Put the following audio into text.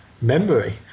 memory